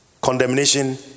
condemnation